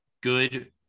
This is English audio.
good